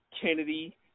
Kennedy